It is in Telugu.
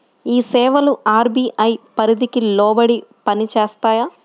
ఈ సేవలు అర్.బీ.ఐ పరిధికి లోబడి పని చేస్తాయా?